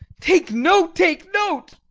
take note, take note,